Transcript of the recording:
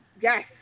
yes